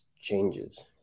changes